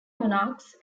monarchs